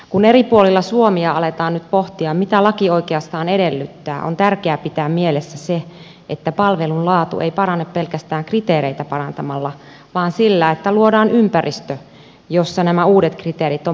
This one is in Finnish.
kun eri puolilla suomea aletaan nyt pohtia mitä laki oikeastaan edellyttää on tärkeää pitää mielessä se että palvelun laatu ei parane pelkästään kriteereitä parantamalla vaan sillä että luodaan ympäristö jossa nämä uudet kriteerit on mahdollista toteuttaa